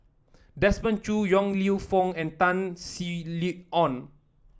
Desmond Choo Yong Lew Foong and Tan Sin Aun